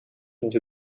into